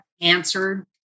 answered